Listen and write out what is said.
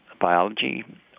biology